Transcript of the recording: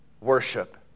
worship